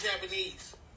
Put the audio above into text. Japanese